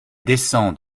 descendent